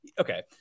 okay